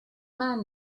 man